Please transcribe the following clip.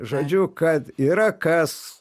labai žodžiu kad yra kas